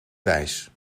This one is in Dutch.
wijs